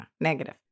Negative